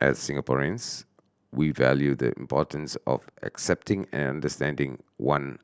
as Singaporeans we value the importance of accepting and understanding one